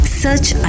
search